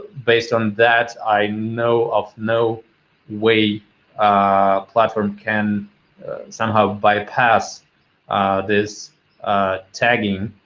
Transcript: based on that i know of no way a platform can somehow bypass this tagging.